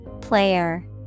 Player